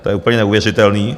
To je úplně neuvěřitelné.